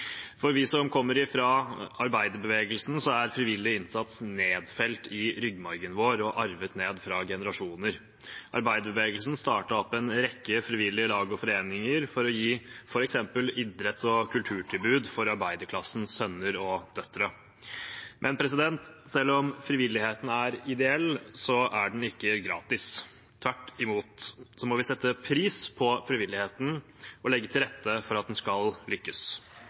For oss som kommer fra arbeiderbevegelsen, er frivillig innsats nedfelt i ryggmargen vår og nedarvet fra generasjoner. Arbeiderbevegelsen startet opp en rekke frivillige lag og foreninger for å gi f.eks. idretts- og kulturtilbud til arbeiderklassens sønner og døtre. Selv om frivilligheten er ideell, er den ikke gratis. Tvert imot må vi sette pris på frivilligheten og legge til rette for at den skal lykkes.